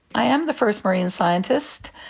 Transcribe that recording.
i am the first marine scientist,